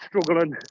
struggling